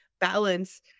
balance